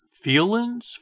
feelings